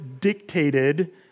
dictated